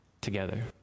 together